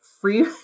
free